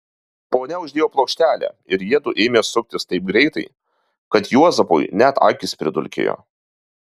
ponia uždėjo plokštelę ir jiedu ėmė suktis taip greitai kad juozapui net akys pridulkėjo